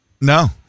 No